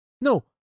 no